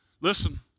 Listen